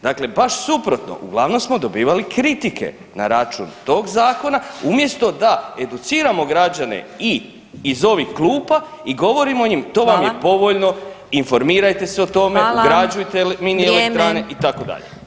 Dakle, baš suprotno uglavnom smo dobivali kritike na račun tog Zakona umjesto da educiramo građane i iz ovih klupa i govorimo im to vam je povoljno, informirajte se o tome, ugrađujte mini elektrane itd.